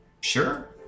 Sure